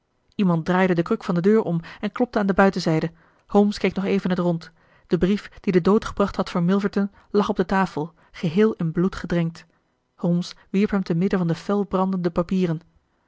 iemand draaide de kruk van de deur om en klopte aan de buitenzijde holmes keek nog even in t rond de brief die den dood gebracht had voor milverton lag op de tafel geheel in bloed gedrenkt holmes wierp hem te midden van de fel brandende papieren